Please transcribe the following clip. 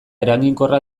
eraginkorra